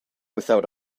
without